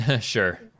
Sure